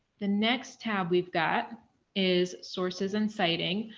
the next tab. we've got is sources and citing.